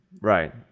Right